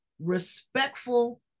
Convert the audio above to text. Respectful